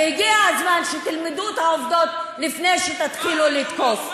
והגיע הזמן שתלמדו את העובדות לפני שתתחילו לתקוף.